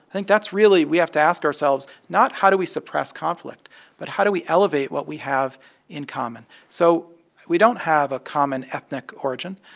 think that's really we have to ask ourselves not how do we suppress conflict but how do we elevate what we have in common. so we don't have a common ethnic origin.